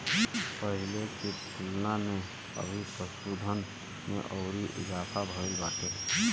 पहिले की तुलना में अभी पशुधन में अउरी इजाफा भईल बाटे